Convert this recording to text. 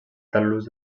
tal·lus